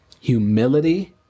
humility